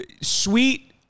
Sweet